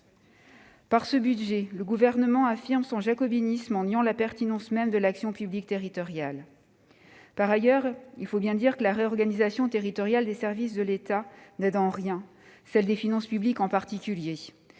Par ce budget, le Gouvernement affirme son jacobinisme en niant la pertinence même de l'action publique territoriale. Par ailleurs, il faut bien dire que la réorganisation territoriale des services de l'État n'aide en rien. Je pense en particulier